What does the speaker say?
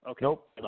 Nope